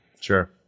Sure